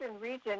region